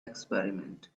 experiment